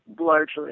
largely